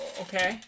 Okay